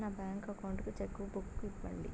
నా bank account కు cheque book ఇవ్వండి